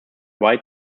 white